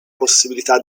possibilità